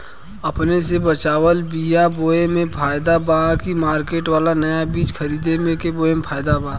अपने से बचवाल बीया बोये मे फायदा बा की मार्केट वाला नया बीया खरीद के बोये मे फायदा बा?